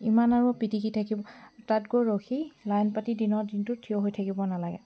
ইমান আৰু পিটিকি থাকিব তাত গৈ ৰখি লাইন পাতি দিনৰ দিনটো থিয় হৈ থাকিব নালাগে